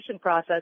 process